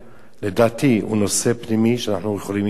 לדעתי הוא נושא פנימי שאנחנו יכולים להתווכח עליו.